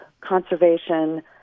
conservation